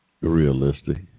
realistic